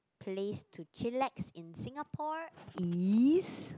place to chillax in Singapore is